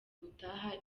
gutaha